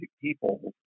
people